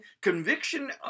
conviction